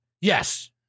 Yes